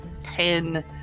ten